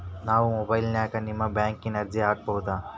ನಾವು ಮೊಬೈಲಿನ್ಯಾಗ ನಿಮ್ಮ ಬ್ಯಾಂಕಿನ ಅರ್ಜಿ ಹಾಕೊಬಹುದಾ?